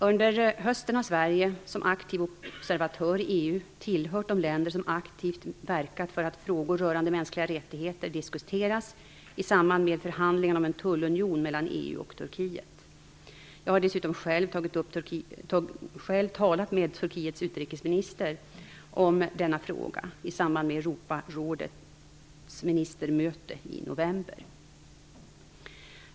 Under hösten har Sverige som aktiv observatör i EU tillhört de länder som aktivt verkat för att frågor rörande mänskliga rättigheter diskuteras i samband med förhandlingarna om en tullunion mellan EU och Turkiet. Jag har dessutom själv talat med Turkiets utrikesminister om denna fråga i samband med Europarådets ministermöte i november.